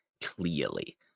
clearly